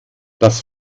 das